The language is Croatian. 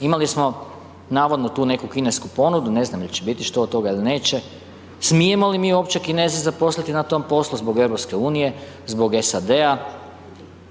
Imali smo navodno tu neku kinesku ponudu, ne znam hoće li biti što od toga ili neće, smijemo li mi uopće Kineze zaposliti na tom poslu zbog EU, zbog SAD-a,